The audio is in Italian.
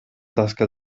tasca